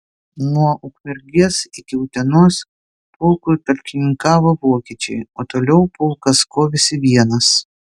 nuo ukmergės iki utenos pulkui talkininkavo vokiečiai o toliau pulkas kovėsi vienas